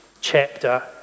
chapter